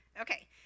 Okay